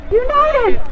united